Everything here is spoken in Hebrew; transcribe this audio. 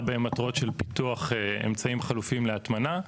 במטרות של פיתוח אמצעים חלופיים להטמנה,